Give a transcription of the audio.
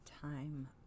time